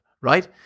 right